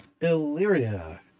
Illyria